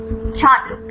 छात्र प्रोटीन